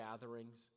gatherings